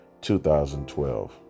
2012